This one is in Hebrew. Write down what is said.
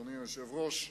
אדוני היושב-ראש.